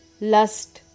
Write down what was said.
Lust